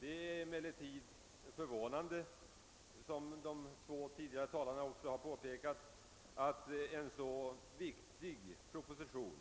Det är emellertid förvånande — som även de två tidigare talarna påpekat — att en så viktig proposition